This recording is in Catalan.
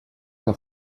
que